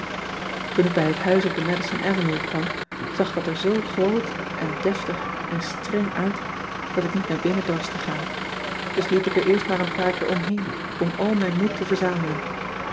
oen ik bij het huis op de adison venue kwam zag dat er zoo groot en deftig en streng uit dat ik niet naar binnen dorst te gaan us liep ik er eerst maar een paar keer om heen om al mijn moed te verzamelen